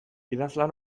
idazlan